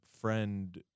friend